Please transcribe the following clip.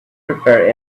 prepared